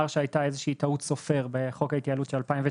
שהייתה איזושהי טעות סופר בחוק ההתייעלות של 2019,